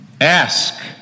ask